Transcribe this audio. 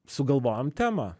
sugalvojom temą